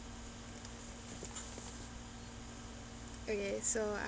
okay so